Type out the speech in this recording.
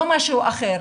לא משהו אחר.